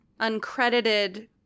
uncredited